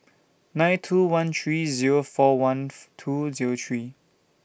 nine two one three Zero four one two Zero three